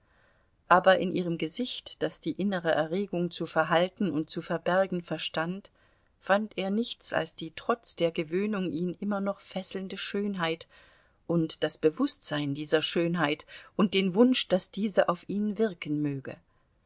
aber in ihrem gesicht das die innere erregung zu verhalten und zu verbergen verstand fand er nichts als die trotz der gewöhnung ihn immer noch fesselnde schönheit und das bewußtsein dieser schönheit und den wunsch daß diese auf ihn wirken möge